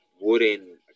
wooden